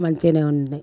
మంచిగానే ఉంటాయ్